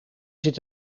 zit